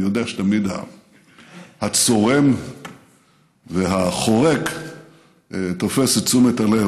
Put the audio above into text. אני יודע שתמיד הצורם והחורק תופס את תשומת הלב,